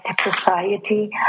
society